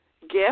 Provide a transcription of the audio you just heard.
gift